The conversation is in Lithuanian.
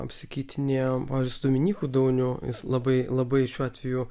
apsikeitinėjom pavyzdžiui su dominyku dauniu labai labai šiuo atveju